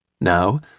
Now